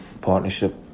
partnership